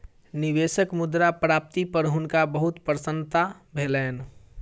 निवेशक मुद्रा प्राप्ति पर हुनका बहुत प्रसन्नता भेलैन